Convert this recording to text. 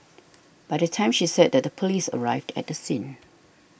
by that time she said that the police arrived at the scene